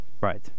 Right